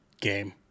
Game